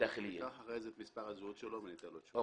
אקח אחרי זה את מספר הזהות שלו ואני אתן לו תשובה.